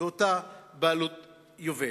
באותה בעלות יובל.